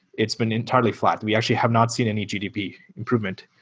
it's been entirely flat. we actually have not seen any gdp improvement.